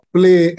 Play